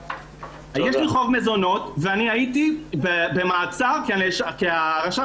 יש לי חוב מזונות והייתי במעצר כי הרשם